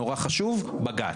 נורא חשוב בג"ץ.